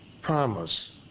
promise